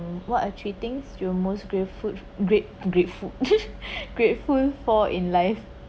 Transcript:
what are three things you‘re most grave food great grateful grateful for in life